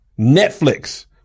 Netflix